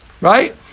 Right